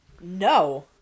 No